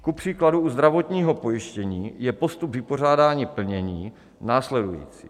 Kupříkladu u zdravotního pojištění je postup vypořádání plnění následující.